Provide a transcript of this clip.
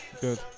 Good